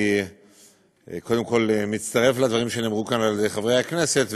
אני קודם כול מצטרף לדברים שנאמרו כאן על ידי חברי הכנסת,